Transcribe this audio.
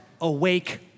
awake